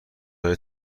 های